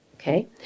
Okay